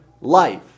life